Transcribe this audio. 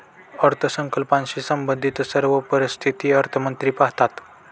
अर्थसंकल्पाशी संबंधित सर्व परिस्थिती अर्थमंत्री पाहतात